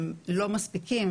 הם לא מספיקים,